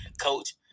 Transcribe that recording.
coach